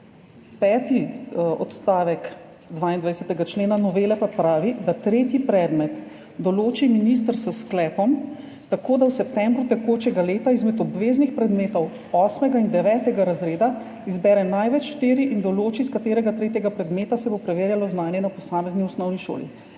Peti odstavek 22. člena novele pa pravi, da tretji predmet določi minister s sklepom tako, da v septembru tekočega leta izmed obveznih predmetov 8. in 9. razreda izbere največ štiri in določi, iz katerega tretjega predmeta se bo preverjalo znanje na posamezni osnovni šoli,